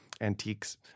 antiques